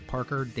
Parker